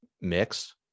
mix